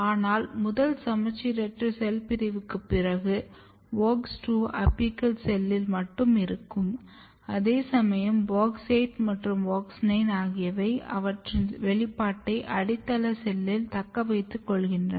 ஆனால் முதல் சமச்சீரற்ற செல் பிரிவுக்குப் பிறகு WOX2 அபிக்கல் செல்லில் மட்டும் இருக்கும் அதேசமயம் WOX 8 மற்றும் WOX 9 ஆகியவை அவற்றின் வெளிப்பாட்டை அடித்தள செல்லில் தக்கவைத்துக்கொள்கின்றன